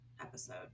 episode